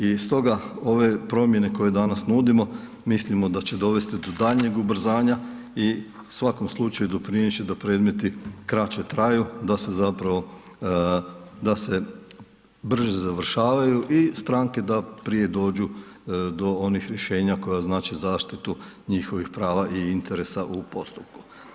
I stoga ove promjene koje danas nudimo mislimo da će dovesti do daljnjeg ubrzanja i u svakom slučaju doprinijet će da predmeti kraće traju, da se zapravo, da se brže završavaju i stranke da prije dođu do onih rješenja koja znače zaštitu njihovih prava i interesa u postupku.